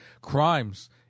crimes